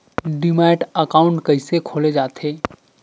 Demat account कइसे खोले जाथे?